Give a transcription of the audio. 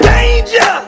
Danger